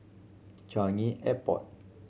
Changi Airport